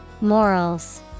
Morals